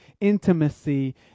intimacy